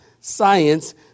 Science